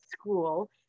school